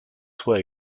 toit